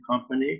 company